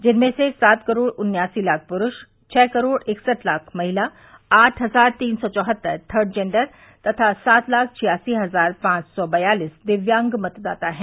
जिनमें से सात करोड़ उन्यासी लाख पुरूष छह करोड़ इकसठ लाख महिला आठ हजार तीन सौ चौहत्तर थर्ड जेन्डर तथा सात लाख छियासी हजार पांच सौ बयालीस दिव्यांग मतदाता हैं